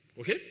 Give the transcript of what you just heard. Okay